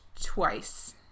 twice